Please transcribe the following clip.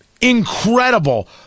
Incredible